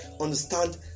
understand